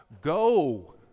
go